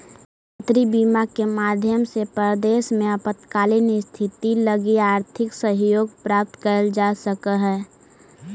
यात्री बीमा के माध्यम से परदेस में आपातकालीन स्थिति लगी आर्थिक सहयोग प्राप्त कैइल जा सकऽ हई